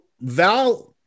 Val